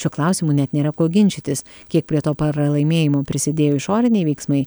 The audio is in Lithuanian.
šiuo klausimu net nėra ko ginčytis kiek prie to paralaimėjimo prisidėjo išoriniai veiksmai